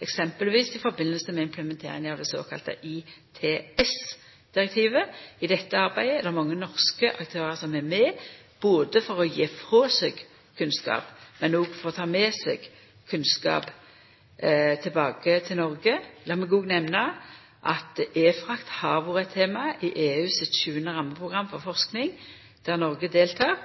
eksempelvis i samband med implementering av det såkalla ITS-direktivet. I dette arbeidet er det mange norske aktørar som er med, både for å gje frå seg kunnskap og for å ta med seg kunnskap tilbake til Noreg. Lat meg òg nemna at e-frakt har vore eit tema i EU sitt 7. rammeprogram for forsking, der Noreg deltek.